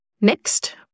Next